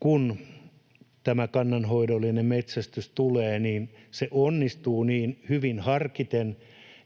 kun tämä kannanhoidollinen metsästys tulee, niin se onnistuu niin hyvin harkiten